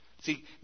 See